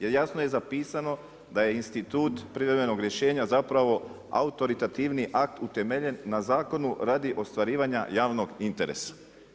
Jer jasno je zapisano da je institut privremenog rješenja zapravo autoritativni akt utemeljen u zakonu radi ostvarivanja javnog interesa.